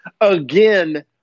again